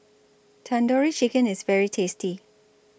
Tandoori Chicken IS very tasty